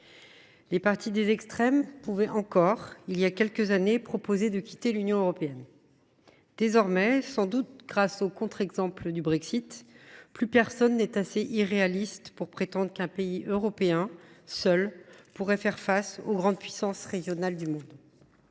Les partis des extrêmes pouvaient encore, il y a quelques années, proposer de quitter l’Union européenne. Désormais, sans doute grâce au contre exemple du Brexit, plus personne n’est assez irréaliste pour prétendre qu’un pays européen, seul, pourrait faire face aux grandes puissances régionales du monde.